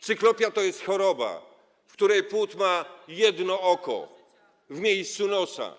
Cyklopia to jest choroba, w której płód ma jedno oko w miejscu nosa.